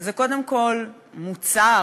זה קודם כול "מוצר",